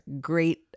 great